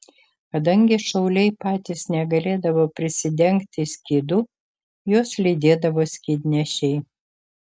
kadangi šauliai patys negalėdavo prisidengti skydu juos lydėdavo skydnešiai